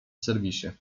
serwisie